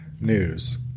news